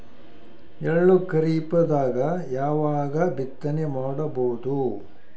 ಎಳ್ಳು ಖರೀಪದಾಗ ಯಾವಗ ಬಿತ್ತನೆ ಮಾಡಬಹುದು?